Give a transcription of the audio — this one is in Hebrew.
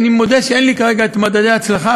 אני מודה שאין לי כרגע את מדדי ההצלחה,